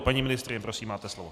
Paní ministryně, prosím máte slovo.